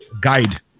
Guide